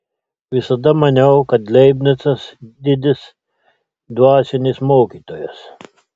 visada maniau kad leibnicas didis dvasinis mokytojas